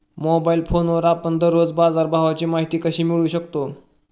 Mobile फोनवर आपण दररोज बाजारभावाची माहिती कशी मिळवू शकतो?